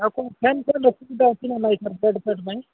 ଆଉ କ'ଣ fan fan ରଖୁଛନ୍ତି ନା ନାଇଁ ଖାଲି ଦେଡ୍ ଫେଡ୍ ନାଇଁ